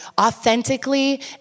authentically